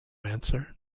answer